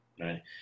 right